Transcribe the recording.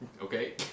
Okay